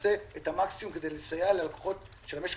ונעשה את המקסימום כדי לסייע ללקוחות של המשק